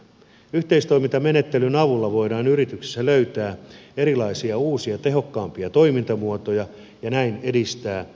yhteistoimintamenettelyn avulla voidaan yrityksessä löytää erilaisia uusia tehokkaampia toimintamuotoja ja näin edistää yrityksen tulevaisuudennäkymiä